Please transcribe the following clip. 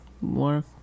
more